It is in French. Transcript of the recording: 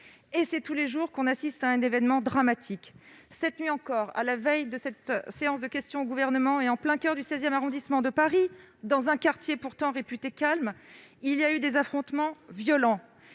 Et c'est tous les jours que l'on assiste à un événement dramatique ! Cette nuit encore, à la veille de cette séance de questions d'actualité au Gouvernement, en plein coeur du XVI arrondissement de Paris, dans un quartier pourtant réputé calme, des affrontements violents